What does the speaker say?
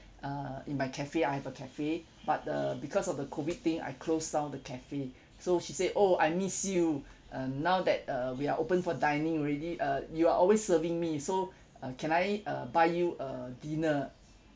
err in my cafe I have a cafe but uh because of the COVID thing I closed down the cafe so she said oh I miss you uh now that uh we are open for dining already uh you are always serving me so uh can I uh buy you a dinner